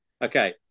Okay